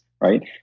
Right